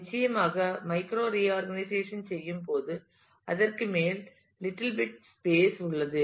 நிச்சயமாக micro reorganisation செய்யும்போது அதற்குமேல் லிட்டில் பிட் ஸ்பேஸ் உள்ளது